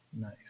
nice